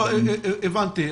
הבנתי,